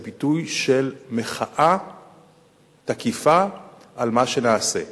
זה ביטוי של מחאה תקיפה על מה שנעשה.